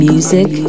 Music